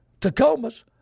Tacomas